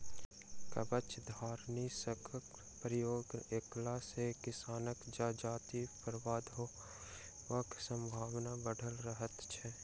कवचधारीनाशकक प्रयोग नै कएला सॅ किसानक जजाति बर्बाद होयबाक संभावना बढ़ल रहैत छै